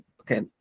Okay